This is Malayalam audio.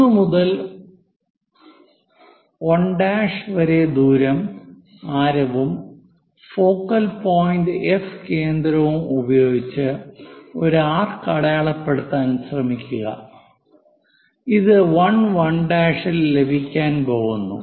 1 മുതൽ 1' വരെ ദൂരം ആരവും ഫോക്കൽ പോയിന്റ് എഫ് കേന്ദ്രവും ഉപയോഗിച്ച് ഒരു ആർക്ക് അടയാളപ്പെടുത്താൻ ശ്രമിക്കുക ഇത് 1 1' ൽ ലഭിക്കാൻ പോകുന്നു